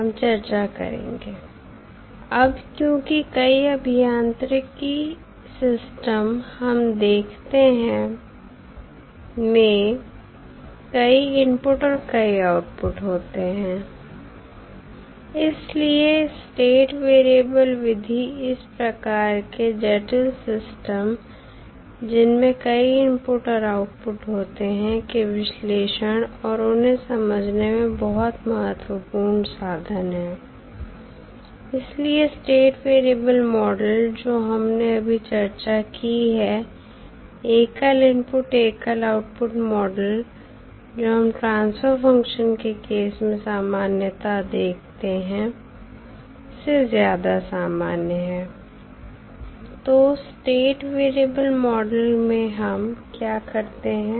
हम चर्चा करेंगे अब क्योंकि कई अभियांत्रिकी सिस्टम हम देखते हैं में कई इनपुट और कई आउटपुट होते हैं इसलिए स्टेट वेरिएबल विधि इस प्रकार के जटिल सिस्टम जिनमें कई इनपुट और आउटपुट होते हैं के विश्लेषण और उन्हें समझने में बहुत महत्वपूर्ण साधन है इसलिए स्टेट वेरिएबल मॉडल जो हमने अभी चर्चा की है एकल इनपुट एकल आउटपुट मॉडल जो हम ट्रांसफर फंक्शन के केस में सामान्यता देखते हैं से ज्यादा सामान्य है तो स्टेट वेरिएबल मॉडल में हम क्या करते हैं